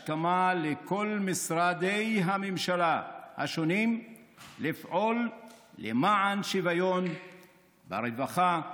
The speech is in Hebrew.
לכל משרדי הממשלה השונים לפעול למען שוויון ברווחה,